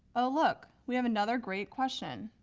oh look, we have another great question.